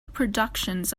productions